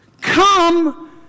Come